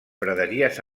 praderies